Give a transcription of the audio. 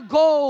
go